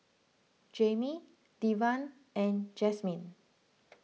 Jaimee Devan and Jasmine